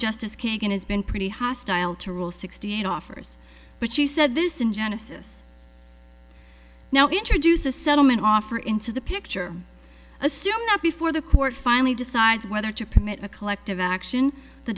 justice kagan has been pretty hostile to rule sixty eight offers but she said this in genesis now introduce a settlement offer into the picture assuming that before the court finally decides whether to permit a collective action the